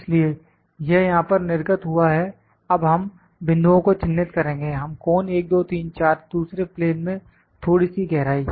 इसलिए यह यहां पर निर्गत हुआ है अब हम बिंदुओं को चिन्हित करेंगे हम कोन 1 2 3 4 दूसरे प्लेन में थोड़ी सी गहराई